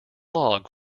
log